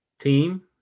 team